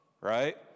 Right